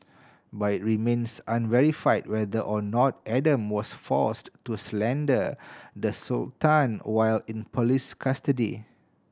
but it remains unverified whether or not Adam was forced to slander the Sultan while in police custody